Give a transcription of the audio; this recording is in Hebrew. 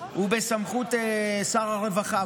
הוא בסמכות שר הרווחה,